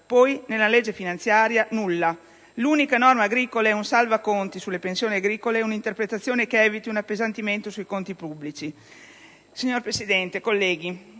Poi, nella legge finanziaria nulla: l'unica norma agricola è un "salvaconti" sulle pensioni agricole e una interpretazione che eviti un appesantimento sui conti pubblici.